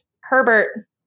Herbert